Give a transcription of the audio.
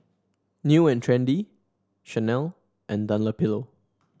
New And Trendy Chanel and Dunlopillo